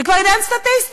זה כבר עניין סטטיסטי.